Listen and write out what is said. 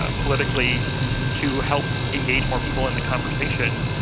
ah politically to help engage more people in the conversation,